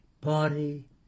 body